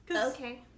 okay